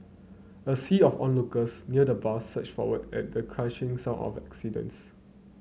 a sea of onlookers near the bus surged forward at the crushing sound of accidents